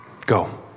Go